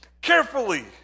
carefully